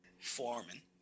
Foreman